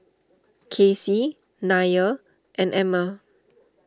Kacy Nia and Emmer